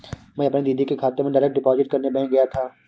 मैं दीदी के खाते में डायरेक्ट डिपॉजिट करने बैंक गया था